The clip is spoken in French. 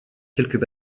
quelques